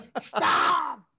Stop